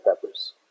Peppers